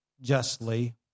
justly